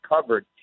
covered